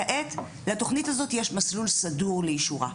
כעת לתוכנית הזאת יש מסלול סדור לאישורה.